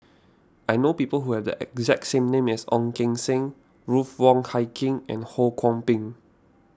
I know people who have the exact name as Ong Keng Sen Ruth Wong Hie King and Ho Kwon Ping